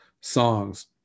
songs